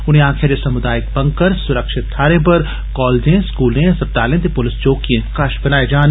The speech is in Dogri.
उन्ने आक्खेआ जे समुदायक बंकर सुरक्षत थाहरे पर कॉलजें स्कूलें अस्पतालें ते पुलस चौकिएं कश बनाए जान